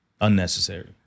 Unnecessary